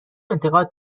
انتقاد